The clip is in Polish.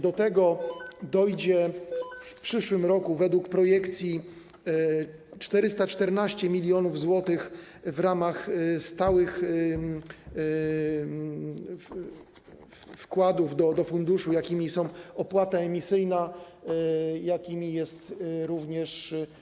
Do tego dojdzie w przyszłym roku według projekcji 414 mln zł w ramach stałych wkładów do funduszu, jakimi są opłata emisyjna, jakimi są również.